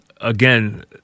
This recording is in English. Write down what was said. again